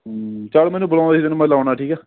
ਚੱਲ ਮੈਨੂੰ ਬੁਲਾਉਂਦੇ ਸੀ ਤੈਨੂੰ ਮੈਂ ਲਾਉਂਦਾ ਠੀਕ ਹੈ